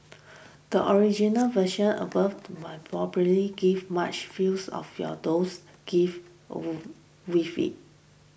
the original version above will probably give much feels of your those give or with it